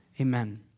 Amen